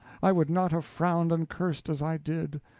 i would not have frowned and cursed as i did.